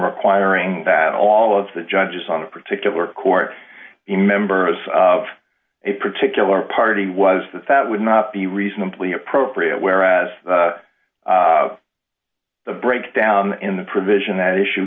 requiring that all of the judges on the particular court the members of a particular party was that that would not be reasonably appropriate whereas the breakdown in the provision that issue